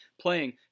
playing